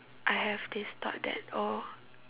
I have this thought that oh